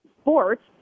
sports